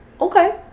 okay